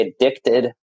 addicted